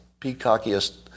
peacockiest